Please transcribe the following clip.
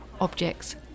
objects